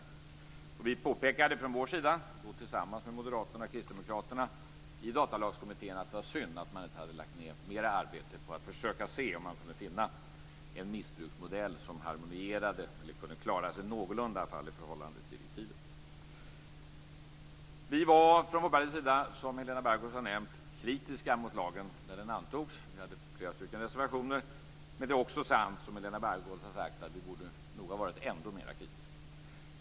Vi från vår sida påpekade i Datalagskommittén, tillsammans med moderaterna och kristdemokraterna, att det var synd att man inte hade lagt ned mera arbete på att försöka se om man inte kunde finna en missbruksmodell som harmonierade eller i alla fall kunde klara sig någorlunda i förhållande till direktiven. Vi var från Folkpartiets sida, som Helena Bargholtz har nämnt, kritiska till lagen när den antogs. Vi hade flera reservationer. Men det är också sant, som Helena Bargholtz har sagt, att vi nog borde ha varit ännu mer kritiska.